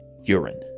urine